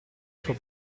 suo